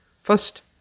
First